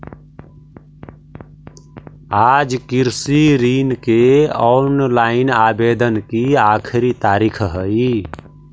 आज कृषि ऋण के ऑनलाइन आवेदन की आखिरी तारीख हई